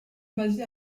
basé